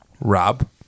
Rob